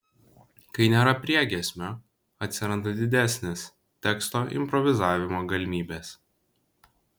kai nėra priegiesmio atsiranda didesnės teksto improvizavimo galimybės